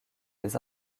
des